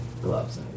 gloves